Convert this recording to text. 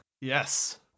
Yes